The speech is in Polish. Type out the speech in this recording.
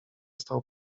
stał